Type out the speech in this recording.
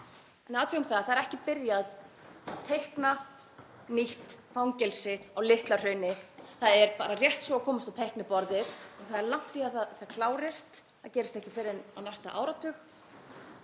það að það er ekki byrjað að teikna nýtt fangelsi á Litla-Hrauni. Það er rétt svo að komast á teikniborðið og það er langt í að það klárist. Það gerist ekki fyrr en á næsta áratug.